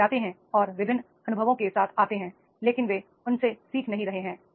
वे जाते हैं और विभिन्न अनुभवों के साथ आते हैं लेकिन वे उनसे सीख नहीं रहे हैं